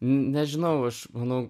nežinau aš manau